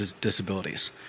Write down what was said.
disabilities